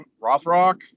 Rothrock